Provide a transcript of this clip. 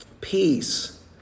Peace